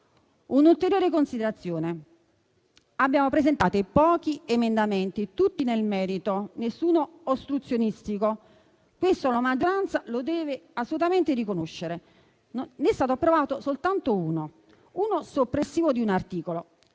Un'ulteriore considerazione: abbiamo presentato pochi emendamenti, tutti nel merito, nessuno ostruzionistico e questo la maggioranza lo deve assolutamente riconoscere. Ne è stato approvato soltanto uno, soppressivo di un articolo.